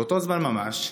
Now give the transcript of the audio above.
באותו זמן ממש,